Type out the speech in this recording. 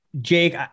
Jake